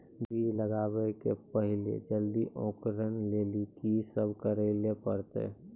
बीज लगावे के पहिले जल्दी अंकुरण लेली की सब करे ले परतै?